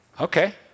Okay